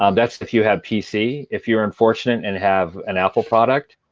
um that's if you have pc. if you're unfortunate and have an apple product,